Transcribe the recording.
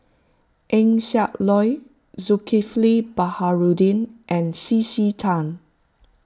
Eng Siak Loy Zulkifli Baharudin and C C Tan